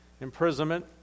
imprisonment